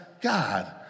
God